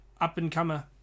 up-and-comer